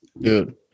dude